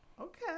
Okay